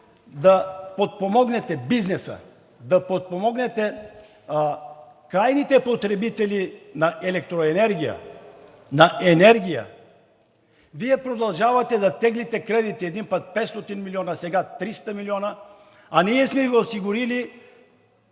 да подпомогнете бизнеса, да подпомогнете крайните потребители на електроенергия, Вие продължавате да теглите кредити – един път 500 милиона, сега 300 милиона. Ние сме Ви осигурили…